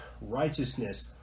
righteousness